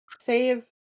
save